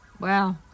Wow